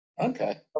Okay